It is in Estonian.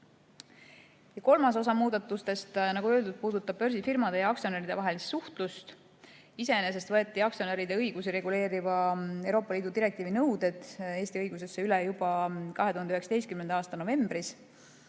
Kolmas osa muudatustest, nagu öeldud, puudutab börsifirmade ja aktsionäride vahelist suhtlust. Iseenesest võeti aktsionäride õigusi reguleeriva Euroopa Liidu direktiivi nõuded Eesti õigusesse üle juba 2019. aasta novembris.